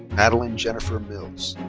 madeline jennifer mills.